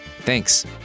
Thanks